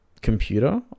computer